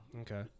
Okay